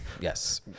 yes